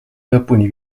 lõpuni